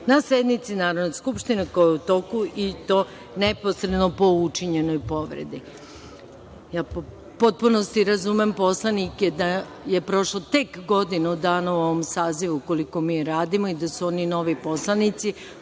na sednici Narodne skupštine koja je u toku, i to neposredno po učinjenoj povredi.U potpunosti razumem poslanike da je prošlo tek godinu dana u ovom sazivu, koliko mi radimo, i da su oni novi poslanici,